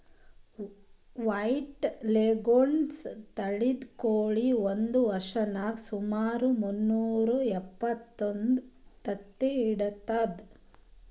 white leghorn ತಳಿದ್ ಕೋಳಿ ಒಂದ್ ವರ್ಷದಾಗ್ ಸುಮಾರ್ ಮುನ್ನೂರಾ ಎಪ್ಪತ್ತೊಂದು ತತ್ತಿ ಇಡ್ತದ್